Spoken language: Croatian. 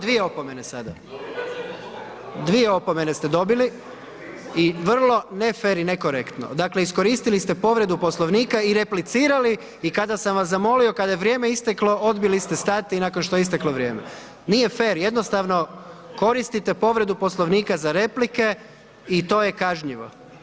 Dvije opomene ste dobili i vrlo ne fer i ne korektno, dakle iskoristili ste povredu Poslovnika i replicirali i kada sam vas zamolio, kada je vrijeme isteklo, odbili ste stati nakon što je isteklo vrijeme, nije fer jednostavno, koristite povredu Poslovnika za replike i to je kažnjivo.